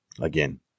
Again